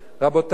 רבותי,